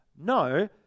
No